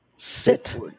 Sit